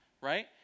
Right